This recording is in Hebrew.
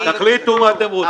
תחליטו מה אתם רוצים.